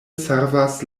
servas